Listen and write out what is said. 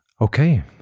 Okay